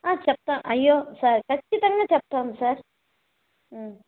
చెప్తాం అయ్యో సార్ ఖచ్చితంగా చెప్తాము సార్